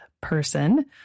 person